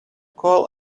call